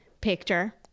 picture